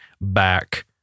back